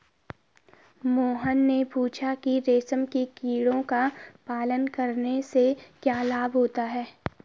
मोहन ने पूछा कि रेशम के कीड़ों का पालन करने से क्या लाभ होता है?